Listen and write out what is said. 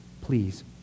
Please